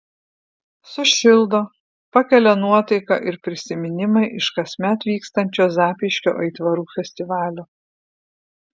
sušildo pakelia nuotaiką ir prisiminimai iš kasmet vykstančio zapyškio aitvarų festivalio